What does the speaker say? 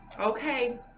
Okay